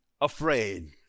afraid